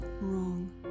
wrong